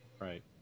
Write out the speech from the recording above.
right